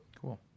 cool